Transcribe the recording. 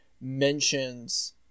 mentions